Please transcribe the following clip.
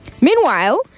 meanwhile